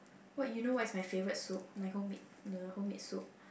what you know what is my favourite soup my homemade the homemade soup